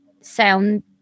sound